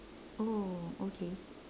oh okay